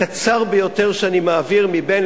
הקצר ביותר שאני מעביר מבין,